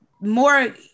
more